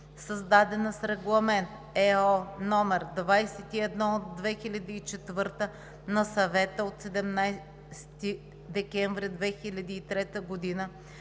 създадена с Регламент (ЕО) № 21/2004 на Съвета от 17 декември 2003 г. за